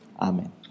Amen